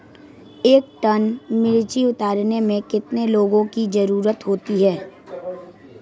एक टन मिर्ची उतारने में कितने लोगों की ज़रुरत होती है?